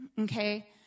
okay